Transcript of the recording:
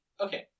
okay